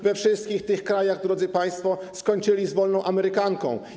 We wszystkich tych krajach, drodzy państwo, skończyli z wolną amerykanką.